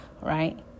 right